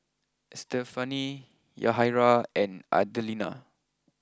Estefany Yahaira and Adelina